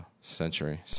century